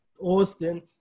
Austin